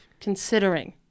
considering